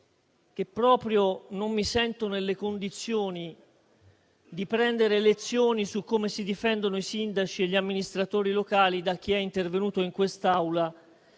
che proprio non mi sento nelle condizioni di prendere lezioni su come si difendono i sindaci e gli amministratori locali da chi è intervenuto in quest'Aula